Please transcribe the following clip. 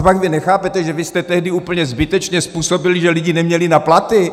Copak vy nechápete, že vy jste tehdy úplně zbytečně způsobili, že lidi neměli na platy?